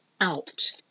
out